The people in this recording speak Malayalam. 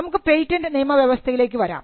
നമുക്ക് പേറ്റന്റ് നിയമവ്യവസ്ഥയിലേക്ക് വരാം